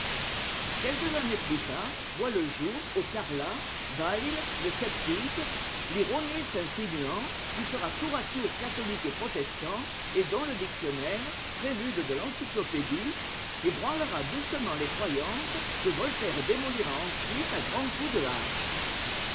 quelques années plus tard voit le jour au cariât bayle le sceptique l'ironiste insinuant qui sera tour à tour catholique et protestant et dont le dictionnaire prélude de l'encyclopédie ébranlera doucement les croyances que voltaire démolira ensuite à grands coups de hache